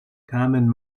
common